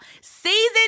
season